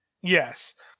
Yes